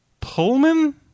Pullman